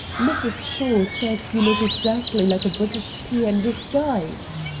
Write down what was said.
mrs. shaw says you look exactly like a british peer in disguise.